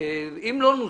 אם לא נוצל,